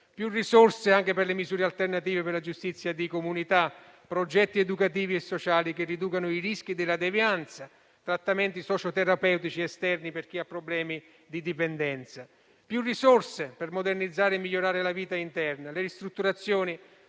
Più risorse anche per le misure alternative per la giustizia di comunità, progetti educativi e sociali che riducano i rischi della devianza, trattamenti socio-terapeutici esterni per chi ha problemi di dipendenza. Più risorse per modernizzare e migliorare la vita interna. Le ristrutturazioni